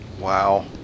Wow